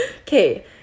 Okay